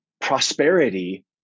prosperity